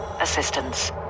Assistance